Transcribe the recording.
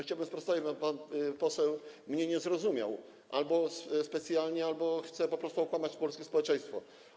Chciałbym sprostować, bo pan poseł mnie nie zrozumiał albo specjalnie... chce po prostu okłamać polskie społeczeństwo.